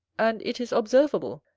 and it is observable,